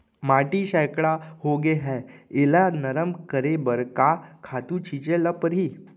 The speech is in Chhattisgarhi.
माटी सैकड़ा होगे है एला नरम करे बर का खातू छिंचे ल परहि?